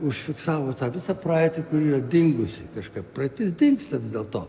užfiksavo tą visą praeitį kuri yra dingusi kažkaip praeitis dingsta dėl to